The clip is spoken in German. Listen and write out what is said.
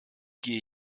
gehe